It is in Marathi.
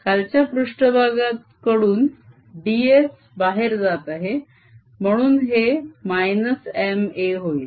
खालच्या पृष्ट्भागाकडून ds बाहेर जात आहे म्हणून हे -Ma होईल